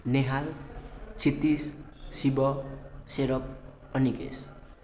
नेहाल क्षितिज शिव सेरप अनिकेस